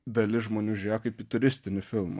dalis žmonių žiūrėjo kaip į turistinį filmą